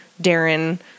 Darren